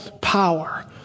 power